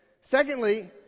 secondly